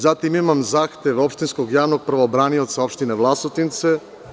Zatim, imam zahtev opštinskog javnog pravobranioca opštine Vlasotince.